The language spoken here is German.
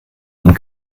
und